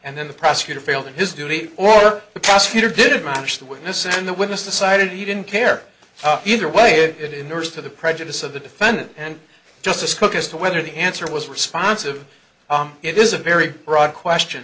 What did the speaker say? and then the prosecutor failed in his duty or the prosecutor did much the witness in the witness decided he didn't care either way in nurse to the prejudice of the defendant and justice cooke as to whether the answer was responsive it is a very broad question